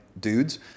dudes